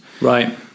Right